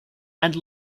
and